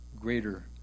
greater